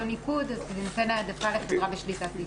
ניקוד אז תינתן העדפה לחברה בשליטת נשים.